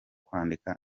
kwandika